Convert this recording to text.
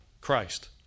Christ